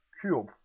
cube